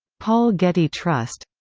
paul getty trust